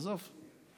עזוב.